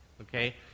okay